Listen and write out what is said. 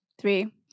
Three